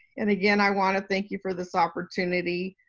and again, i wanna thank you for this opportunity.